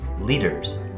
leaders